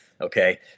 okay